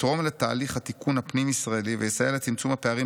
יתרום לתהליך התיקון הפנים ישראלי ויסייע לצמצום הפערים